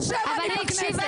ברוך השם, אני בכנסת.